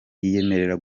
yiyemerera